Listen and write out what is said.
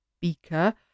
beaker